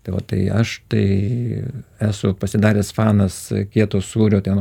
tai vat tai aš tai esu pasidaręs fanas kieto sūrio ten